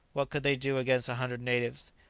what could they do against a hundred natives?